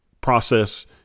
process